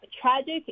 tragic